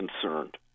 concerned